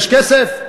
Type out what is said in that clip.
יש כסף?